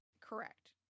Correct